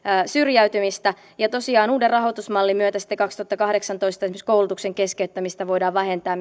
syrjäytymistä ja tosiaan uuden rahoitusmallin myötä sitten kaksituhattakahdeksantoista esimerkiksi koulutuksen keskeyttämistä voidaan vähentää